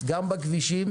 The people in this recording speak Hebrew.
גם בכבישים,